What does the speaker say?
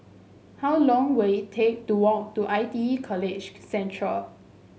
how long will it take to walk to I T E College Central